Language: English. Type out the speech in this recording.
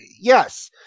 yes